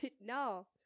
No